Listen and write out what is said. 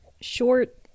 short